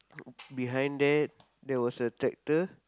behind that there was a tractor